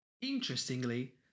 Interestingly